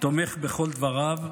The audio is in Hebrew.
ותומך בכל דבריו.